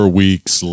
weeks